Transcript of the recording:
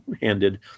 handed